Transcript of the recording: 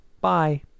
Bye